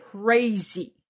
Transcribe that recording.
crazy